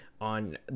on